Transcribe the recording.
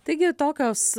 taigi tokios